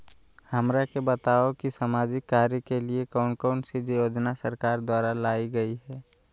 हमरा के बताओ कि सामाजिक कार्य के लिए कौन कौन सी योजना सरकार द्वारा लाई गई है?